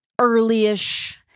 early-ish